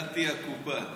שדדתי הקופה,